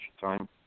time